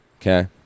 Okay